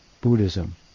Buddhism